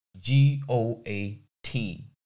G-O-A-T